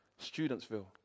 Studentsville